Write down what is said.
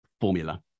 formula